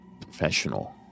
professional